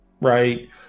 right